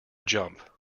jump